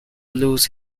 lose